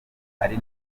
ari